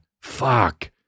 Fuck